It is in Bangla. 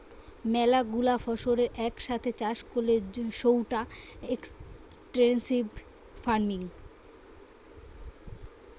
ম্যালা গুলা ফসলের এক সাথে চাষ করলে সৌটা এক্সটেন্সিভ ফার্মিং